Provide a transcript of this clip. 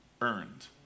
earned